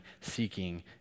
seeking